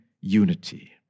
unity